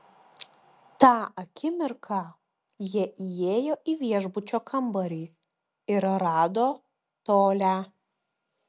tą akimirką jie įėjo į viešbučio kambarį ir rado tolią